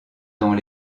dans